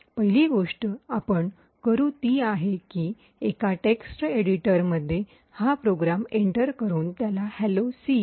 पाहिली गोष्ट आपण करू ती आहे की एका टेक्स्ट एडिटरमध्ये हा प्रोग्रॅम एंटर करून त्याला हॅलो सी hello